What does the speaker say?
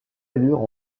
allure